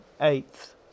eighth